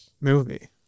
movie